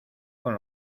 con